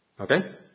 Okay